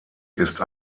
ist